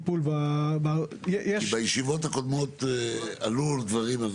בישיבות הקודמות עלו דברים.